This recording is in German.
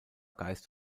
geist